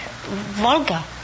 Volga